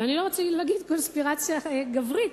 ולא רציתי להגיד קונספירציה גברית,